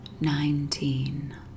nineteen